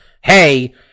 hey